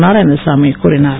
நாராயணசாமி கூறினார்